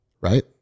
right